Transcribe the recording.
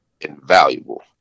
invaluable